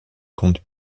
comptent